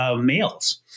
males